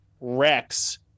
Rex